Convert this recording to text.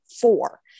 four